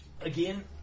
Again